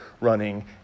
running